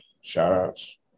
Shout-outs